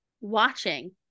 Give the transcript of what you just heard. watching